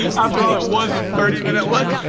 after all, it was a thirty minute lunch